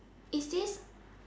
is this